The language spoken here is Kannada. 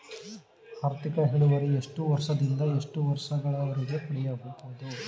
ಆರ್ಥಿಕ ಇಳುವರಿ ಎಷ್ಟು ವರ್ಷ ದಿಂದ ಎಷ್ಟು ವರ್ಷ ಗಳವರೆಗೆ ಪಡೆಯಬಹುದು?